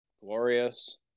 Glorious